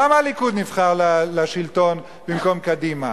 למה הליכוד נבחר לשלטון במקום קדימה?